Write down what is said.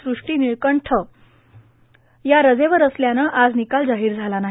श्रष्टी निळकंठ ह्या रजेवर असल्यानं आज निकाल जाहीर झाला नाही